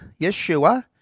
Yeshua